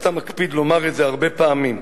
אתה מקפיד לומר את זה הרבה פעמים,